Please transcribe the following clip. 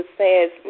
says